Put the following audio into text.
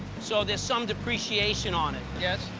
so there's some depreciation on it. yes.